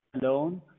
alone